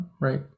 right